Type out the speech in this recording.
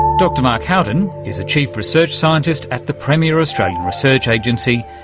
dr mark howden is a chief research scientist at the premier australian research agency,